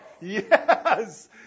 Yes